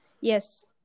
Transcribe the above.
Yes